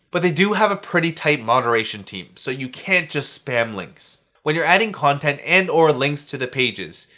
but they do have a pretty tight moderation team, so you can't just spam links. when you're adding content and or links to the pages,